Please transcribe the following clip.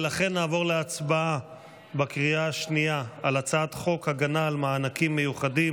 ולכן נעבור להצבעה בקריאה השנייה על הצעת חוק ההגנה על מענקים מיוחדים